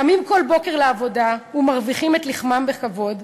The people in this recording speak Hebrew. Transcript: קמים כל בוקר לעבודה ומרוויחים את לחמם בכבוד,